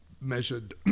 measured